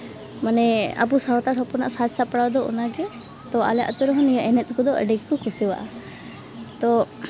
ᱢᱟᱱᱮ ᱟᱵᱚ ᱥᱟᱱᱛᱟᱲ ᱦᱚᱯᱚᱱᱟᱜ ᱥᱟᱡᱽ ᱥᱟᱯᱲᱟᱣ ᱫᱚ ᱚᱱᱟᱜᱮ ᱛᱳ ᱟᱞᱮ ᱟᱹᱛᱩ ᱨᱮᱫᱚ ᱱᱤᱭᱟᱹ ᱠᱚ ᱮᱱᱮᱡ ᱫᱚ ᱟᱹᱰᱤ ᱜᱮᱠᱚ ᱠᱩᱥᱤᱭᱟᱜᱼᱟ ᱛᱳ